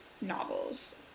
novels